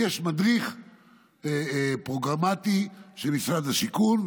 יש מדריך פרוגרמטי של משרד השיכון,